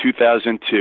2002